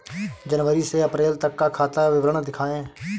जनवरी से अप्रैल तक का खाता विवरण दिखाए?